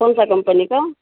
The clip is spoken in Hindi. कौन सी कम्पनी का